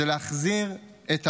היא להחזיר את העם,